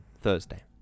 Thursday